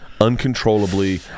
Uncontrollably